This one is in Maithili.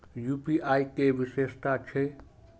यू.पी.आई के कि विषेशता छै?